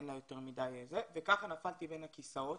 כך נפלתי בין הכיסאות.